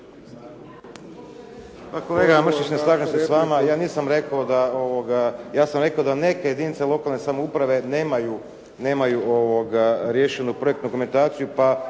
kolega Mršić ne slažem se s vama. Ja nisam rekao da, ja sam rekao da neke jedinice lokalne samouprave nemaju riješenu projektnu dokumentaciju,